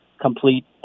complete